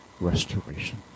restoration